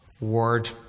word